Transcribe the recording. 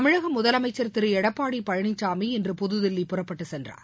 தமிழக முதலமைச்சர் திரு எடப்பாடி பழனிசாமி இன்று புதுதில்லி புறப்பட்டுச் சென்றார்